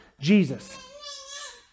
Jesus